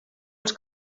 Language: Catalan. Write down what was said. als